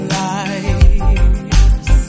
lives